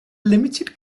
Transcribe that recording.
limited